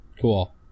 Cool